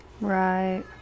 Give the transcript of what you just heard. right